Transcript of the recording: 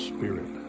Spirit